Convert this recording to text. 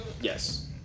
Yes